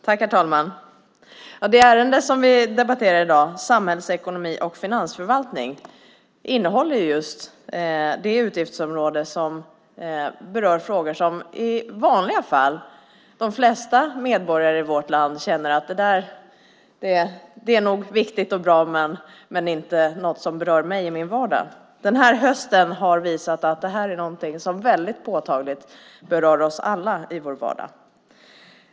Herr talman! Det ärende som vi debatterar i dag, Samhällsekonomi och finansförvaltning, innehåller det utgiftsområde som berör frågor för vilka de flesta medborgare i vårt land i vanliga fall känner: Det där är nog viktigt och bra, men det är inget som berör mig i min vardag. Den här hösten har dock visat att det här är något som mycket påtagligt berör oss alla i vår vardag.